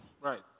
Right